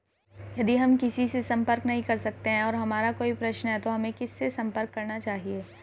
यदि हम किसी से संपर्क नहीं कर सकते हैं और हमारा कोई प्रश्न है तो हमें किससे संपर्क करना चाहिए?